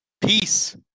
Peace